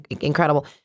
incredible